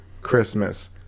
Christmas